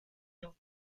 nur